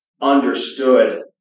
understood